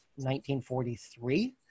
1943